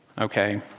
ok.